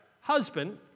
Husband